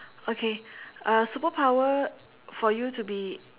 okay uh superpower for you to be